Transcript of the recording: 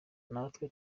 natwe